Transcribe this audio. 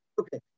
Okay